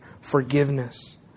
forgiveness